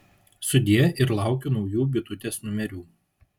sudie ir laukiu naujų bitutės numerių